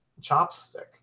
chopstick